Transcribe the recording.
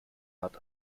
hat